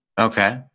Okay